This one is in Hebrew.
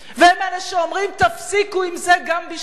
הם אלה שאומרים: תפסיקו עם זה גם בשבילנו.